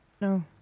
No